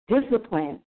discipline